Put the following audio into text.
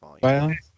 volume